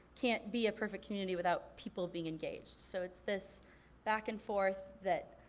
can't be a perfect community without people being engaged. so it's this back and forth that